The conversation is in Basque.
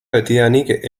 betidanik